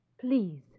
Please